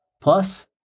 Plus